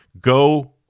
go